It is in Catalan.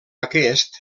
aquest